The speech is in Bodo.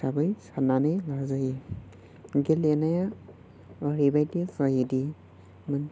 हिसाबै साननानै लाजायो गेलेनाया एरैबादि जायोदि